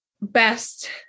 best